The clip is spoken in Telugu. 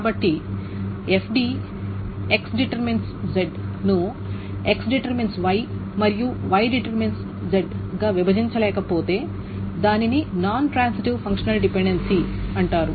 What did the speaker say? కాబట్టి FD X→Z ను X→Y మరియు Y→Z గా విభజించలేకపోతే దానిని నాన్ ట్రాన్సిటివ్ ఫంక్షనల్ డిపెండెన్సీ అంటారు